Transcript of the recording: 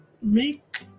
make